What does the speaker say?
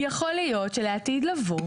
יכול להיות שלעתיד לבוא,